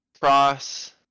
Cross